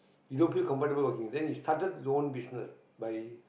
he don't feel comfortable working then he started his own business by